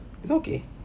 this [one] okay